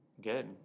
Good